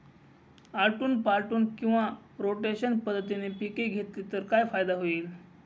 आलटून पालटून किंवा रोटेशन पद्धतीने पिके घेतली तर काय फायदा होईल?